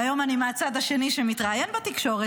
והיום אני מהצד השני שמתראיין בתקשורת,